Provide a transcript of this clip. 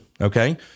Okay